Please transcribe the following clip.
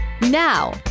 Now